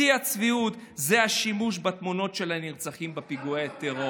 שיא הצביעות זה השימוש בתמונות של הנרצחים בפיגועי הטרור.